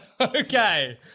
Okay